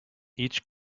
each